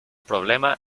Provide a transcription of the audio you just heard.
problema